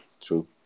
True